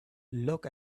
look